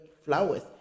flowers